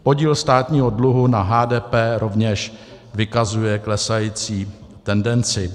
Podíl státního dluhu na HDP rovněž vykazuje klesající tendenci.